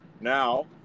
Now